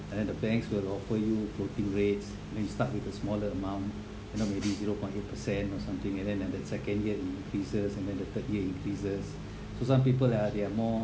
and then the banks will offer you floating rates where you start with a smaller amount you know maybe zero point eight percent or something and then ah that second year it increases and then the third year increases so some people like uh they're more